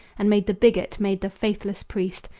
and made the bigot, made the faithless priest,